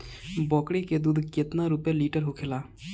बकड़ी के दूध केतना रुपया लीटर होखेला?